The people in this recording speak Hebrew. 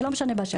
ולא משנה איזה,